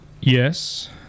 Yes